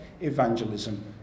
evangelism